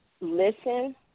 listen